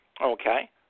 Okay